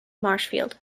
marshfield